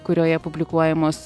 kurioje publikuojamos